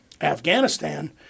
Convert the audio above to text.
Afghanistan